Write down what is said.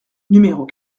numéros